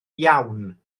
iawn